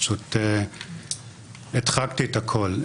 פשוט הדחקתי את הכול.